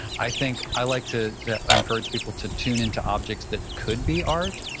i think i like to encourage people to tune into objects that could be art.